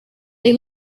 they